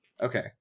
Okay